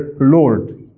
Lord